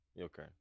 Okay